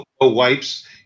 wipes